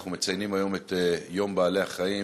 אנחנו מציינים היום את יום בעלי-החיים,